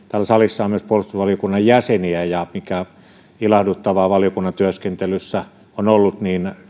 salissa on myös puolustusvaliokunnan jäseniä ja mikä on ollut ilahduttavaa valiokunnan työskentelyssä